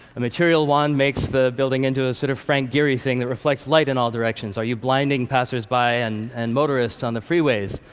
a material wand makes the building into a sort of frank gehry thing that reflects light in all directions. are you blinding passers by and and motorists on the freeways?